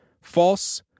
false